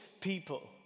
people